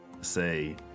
say